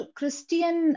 Christian